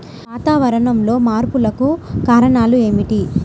వాతావరణంలో మార్పులకు కారణాలు ఏమిటి?